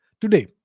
today